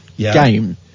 Game